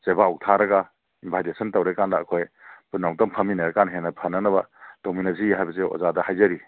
ꯆꯦꯕꯥꯎ ꯊꯥꯔꯒ ꯏꯟꯚꯥꯏꯇꯦꯁꯟ ꯇꯧꯔꯦ ꯍꯥꯏꯔꯀꯥꯟꯗ ꯑꯩꯈꯣꯏ ꯄꯨꯟꯅ ꯑꯃꯨꯛꯇꯪ ꯐꯝꯃꯤꯟꯅꯔꯀꯥꯟꯗ ꯍꯦꯟꯅ ꯐꯅꯅꯕ ꯇꯧꯃꯤꯟꯅꯁꯤ ꯍꯥꯏꯕꯁꯦ ꯑꯣꯖꯥꯗ ꯍꯥꯏꯖꯔꯤ